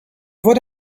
wurde